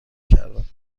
کردم